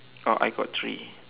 oh I got three